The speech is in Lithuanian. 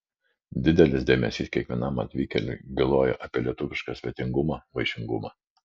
didelis dėmesys kiekvienam atvykėliui bylojo apie lietuvišką svetingumą vaišingumą